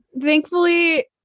Thankfully